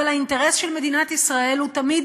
אבל האינטרס של מדינת ישראל הוא תמיד